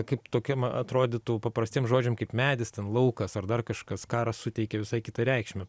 kaip tokiem atrodytų paprastiem žodžiam kaip medis ten laukas ar dar kažkas karas suteikia visai kitą reikšmę